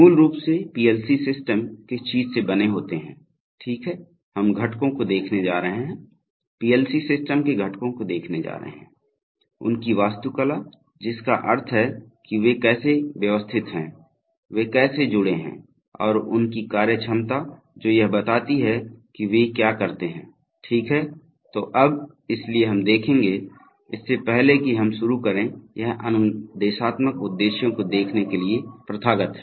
मूल रूप से पीएलसी सिस्टम किस चीज से बने होते हैं ठीक है हम घटकों को देखने जा रहे हैं पीएलसी सिस्टम के घटकों को देखने जा रहे हैं उनकी वास्तुकला जिसका अर्थ है कि वे कैसे व्यवस्थित हैं वे कैसे जुड़े हैं और उनकी कार्यक्षमता जो यह बताती है कि वे क्या करते हैं ठीक है तो अब इसलिए हम देखेंगे इससे पहले कि हम शुरू करें यह अनुदेशात्मक उद्देश्यों को देखने के लिए प्रथागत है